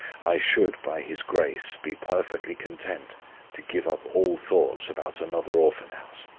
i should, by his grace, be perfectly content to give up all thoughts about another orphan-house.